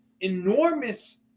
enormous